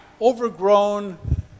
overgrown